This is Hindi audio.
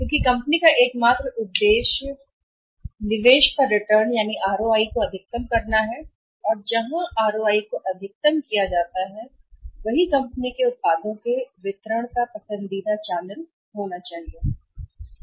क्योंकि कंपनी का अंतिम उद्देश्य निवेश पर ROI रिटर्न को अधिकतम करना है और जहाँ ROI को अधिकतम किया जाता है जो वितरण के वितरण चैनल का पसंदीदा तरीका होना चाहिए बाजार में कंपनी के उत्पादों की